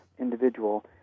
Individual